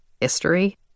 History